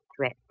threat